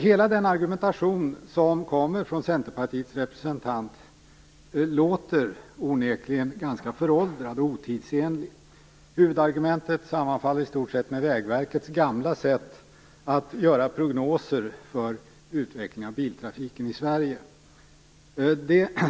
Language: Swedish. Hela argumentationen från Centerpartiets representant låter onekligen ganska föråldrad och otidsenlig. Huvudargumentet sammanfaller i stort sett med Vägverkets gamla sätt att göra prognoser för utvecklingen av biltrafiken i Sverige.